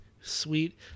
sweet